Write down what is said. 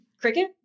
cricket